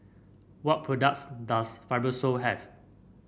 what products does Fibrosol have